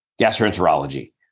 gastroenterology